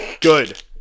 Good